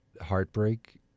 heartbreak